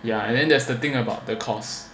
ya and then there's the thing about the costs